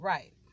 Right